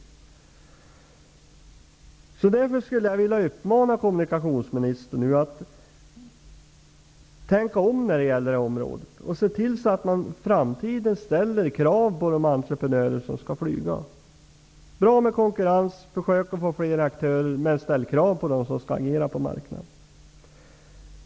Därför vill jag uppmana kommunikationsministern att tänka om. I framtiden måste det ställas krav på de entreprenörer som vill ta över flyget. Det är bra med konkurrens, och försök gärna att få tag på fler entreprenörer -- men ställ krav på dem som skall agera på marknaden!